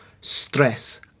stress